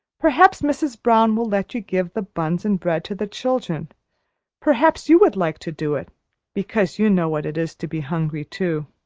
perhaps mrs. brown will let you give the buns and bread to the children perhaps you would like to do it because you know what it is to be hungry, too.